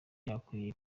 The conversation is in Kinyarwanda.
bakwiye